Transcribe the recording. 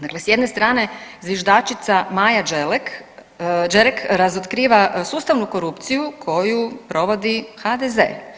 Dakle, s jedne strane zviždačica Maja Đelek, Đerek razotkriva sustavnu korupciju koju provodi HDZ.